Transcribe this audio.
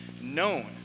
known